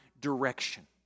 direction